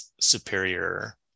superior